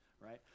right